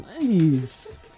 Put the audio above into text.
Nice